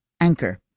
anchor